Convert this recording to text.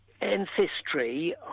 ancestry